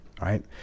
Right